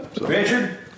Richard